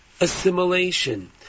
assimilation